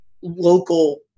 local